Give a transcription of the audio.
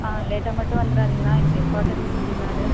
லேட்டாக மட்டும் வந்துவிடாதீங்க நான் எனக்கு இம்ஃபார்ட்டெண்ட் மீட்டிங்கனா அது